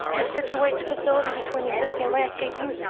to situate the facility between existing landscaping,